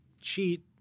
cheat